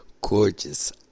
gorgeous